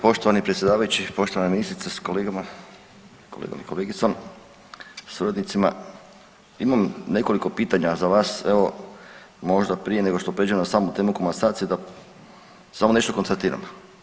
Poštovani predsjedavajući, poštovana ministrica s kolegama i kolegicom, sa suradnicima imam nekoliko pitanja za vas, evo možda prije nego što prijeđem na samu temu komasacije da samo nešto konstatiram.